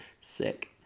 Sick